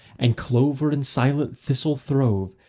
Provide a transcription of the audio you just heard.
and clover and silent thistle throve,